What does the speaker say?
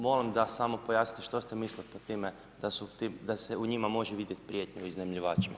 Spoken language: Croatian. Molim da samo pojasnite što ste mislili pod time da se u njima može vidjeti prijetanja, iznajmljivačima.